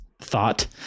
thought